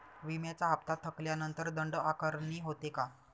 विम्याचा हफ्ता थकल्यानंतर दंड आकारणी होते का?